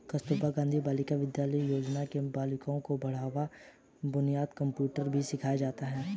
कस्तूरबा गाँधी बालिका विद्यालय योजना में बालिकाओं को कढ़ाई बुनाई कंप्यूटर भी सिखाया जाता है